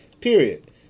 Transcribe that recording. Period